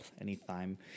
anytime